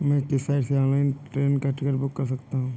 मैं किस साइट से ऑनलाइन ट्रेन का टिकट बुक कर सकता हूँ?